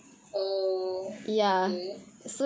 oh okay